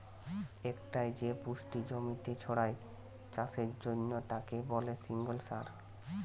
একটাই যে পুষ্টি জমিতে ছড়ায় চাষের জন্যে তাকে বলে সিঙ্গল সার